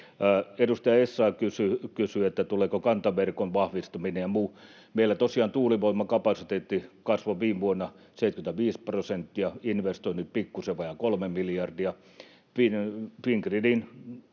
Edustaja Essayah kysyi, tuleeko kantaverkon vahvistuminen ja muu. Meillä tosiaan tuulivoimakapasiteetti kasvoi viime vuonna 75 prosenttia, investoinnit pikkusen vajaa kolme miljardia. Fingridin